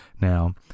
Now